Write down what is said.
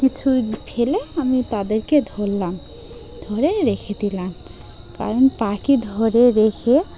কিছুই ফেলে আমি তাদেরকে ধরলাম ধরে রেখে দিলাম কারণ পাখি ধরে রেখে